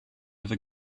ever